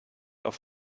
auf